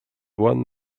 one